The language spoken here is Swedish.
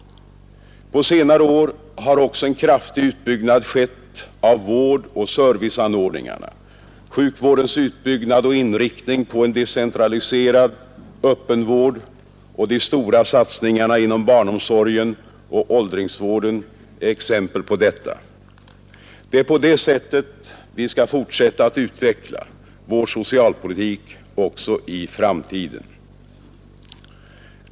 På senare år har också en kraftig utbyggnad skett av vårdoch serviceanordningarna. Sjukvårdens utbyggnad och inriktning på en decentraliserad öppenvård och de stora satsningarna inom barnomsorgen och åldringsvården är exempel på detta. Det är på det sättet vi skall fortsätta att utveckla vår socialpolitik också i framtiden.